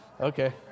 Okay